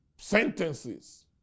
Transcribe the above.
sentences